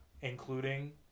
Including